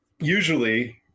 usually